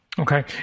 Okay